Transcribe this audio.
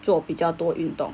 做比较多运动